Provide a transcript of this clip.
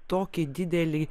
tokį didelį